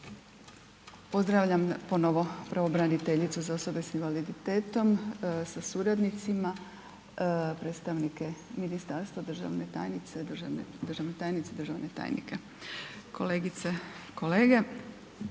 Pozdravljam ponovo pravobraniteljicu za osobe s invaliditetom sa suradnicima, predstavnike ministarstva, državne tajnice, državne tajnike, kolegice i kolege,